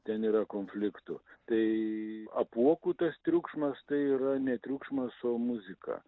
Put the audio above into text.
ten yra konfliktų tai apuokų tas triukšmas tai yra ne triukšmas o muzika